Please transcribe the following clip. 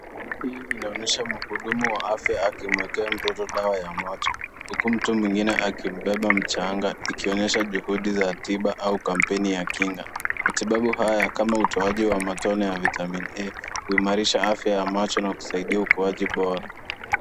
Hii inaonyesha mhudumu wa afya akimwekea mtoto dawa ya macho huku mtu mwingine akimbeba mchanga ikionyesha juhudi za tiba au kampeni ya kinga. Matibabu haya kama utoaji wa matone ya Vitamin A huimarisha afya ya macho na kusaidia ukuaji bora.